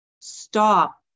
stop